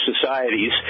societies